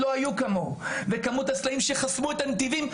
כמות הסלעים שחסמו את הנתיבים,